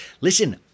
listen